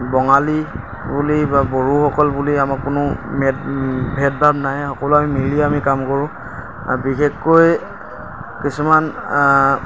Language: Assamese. বঙালী বুলি বা বড়োসকল বুলি আমাৰ কোনো ভেদভাব নাই সকলো আমি মিলি আমি কাম কৰোঁ আৰু বিশেষকৈ কিছুমান